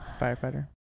Firefighter